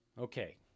Okay